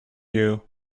view